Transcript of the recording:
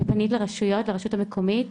ופנית לרשויות, לרשות המקומית?